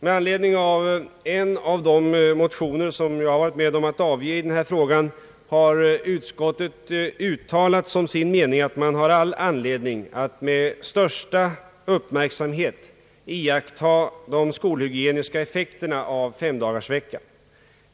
Med anledning av en av de motioner som jag varit med om att avge i denna fråga har utskottet uttalat som sin mening att man har all anledning att med största uppmärksamhet iaktta de skolhygieniska effekterna av femdagarsveckan.